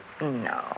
No